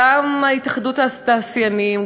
גם התאחדות התעשיינים,